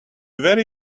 very